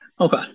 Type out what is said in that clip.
Okay